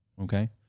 Okay